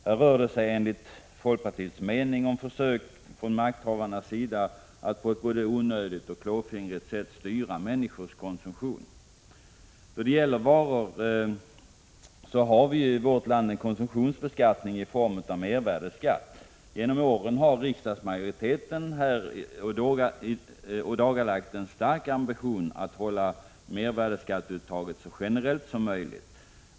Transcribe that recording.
Här rör det sig enligt folkpartiets mening om försök från makthavarnas sida att både i onödan och av klåfingrighet styra människors konsumtion. Då det gäller varor har vi i vårt land en konsumtionsbeskattning i form av mervärdeskatt. Genom åren har riksdagsmajoriteten ådagalagt en stark ambition att hålla mervärdeskatteuttaget så generellt som möjligt.